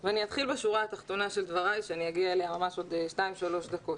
ואני אתחיל בשורה התחתונה של דבריי אליה אני אגיע עוד שתיים-שלוש דקות.